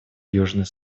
южный